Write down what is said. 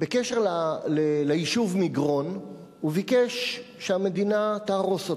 בקשר ליישוב מגרון וביקש שהמדינה תהרוס אותו.